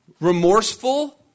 remorseful